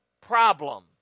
problem